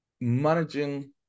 managing